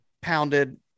pounded